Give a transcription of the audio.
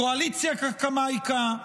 קואליציה קקמייקה,